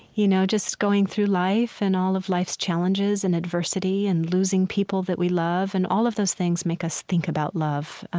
you know just going through life and all of life's challenges and adversity and losing people that we love and all of those things make us think about love.